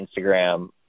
Instagram